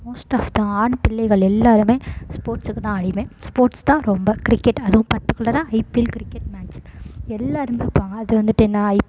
most of the ஆண் பிள்ளைகள் எல்லோருமே ஸ்போர்ட்ஸுக்கு தான் அடிமை ஸ்போர்ட்ஸ் தான் ரொம்ப கிரிக்கெட் அதுவும் பர்டிக்குலராக ஐபிஎல் கிரிக்கெட் மேட்ச் எல்லோரும் பார்ப்பாங்க அது வந்துவிட்டு என்ன ஐ